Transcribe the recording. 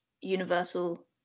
universal